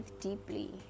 deeply